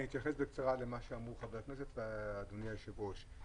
אני אתייחס בקצרה למה שאמרו חברי הכנסת ואדוני היושב-ראש.